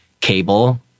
cable